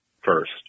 first